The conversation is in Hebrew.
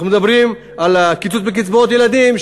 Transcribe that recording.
אנחנו מדברים על הקיצוץ בקצבאות ילדים,